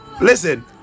Listen